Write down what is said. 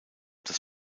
das